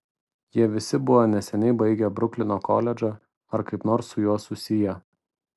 jie visi buvo neseniai baigę bruklino koledžą ar kaip nors su juo susiję